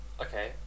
okay